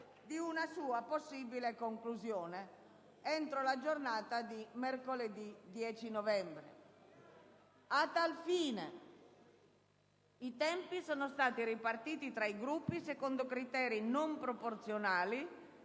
di una sua possibile conclusione entro la giornata di mercoledì 10 novembre. *(Commenti dal Gruppo PD).* A tal fine i tempi sono stati ripartiti tra i Gruppi secondo criteri non proporzionali